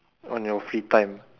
on your free time